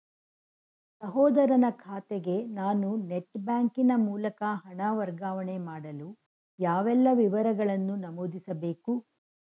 ಸಹೋದರನ ಖಾತೆಗೆ ನಾನು ನೆಟ್ ಬ್ಯಾಂಕಿನ ಮೂಲಕ ಹಣ ವರ್ಗಾವಣೆ ಮಾಡಲು ಯಾವೆಲ್ಲ ವಿವರಗಳನ್ನು ನಮೂದಿಸಬೇಕು?